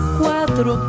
cuatro